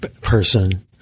person